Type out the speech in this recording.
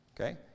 Okay